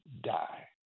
die